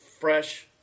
fresh